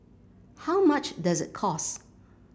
how much does it cost